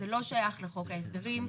זה לא שייך לחוק ההסדרים.